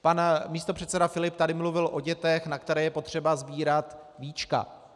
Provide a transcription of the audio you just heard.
Pan místopředseda Filip tady mluvil o dětech, na které je potřeba sbírat víčka.